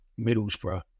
Middlesbrough